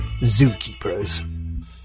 zookeepers